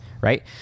right